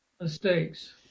mistakes